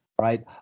right